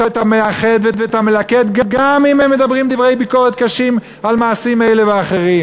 המאחד והמלכד גם אם הם מדברים דברי ביקורת קשים על מעשים אלה ואחרים.